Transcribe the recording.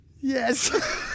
Yes